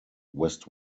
west